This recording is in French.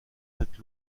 cette